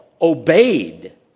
obeyed